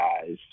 guys